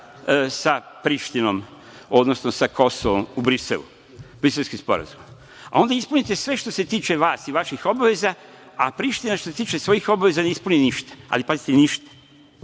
sa Prištinom, odnosno sa Kosovom u Briselu, Briselski sporazum, a onda ispunite sve što se tiče vas i vaših obaveza, a Priština što se tiče svojih obaveza ne ispuni ništa. Ali, pazite, ništa!